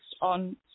on